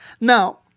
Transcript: Now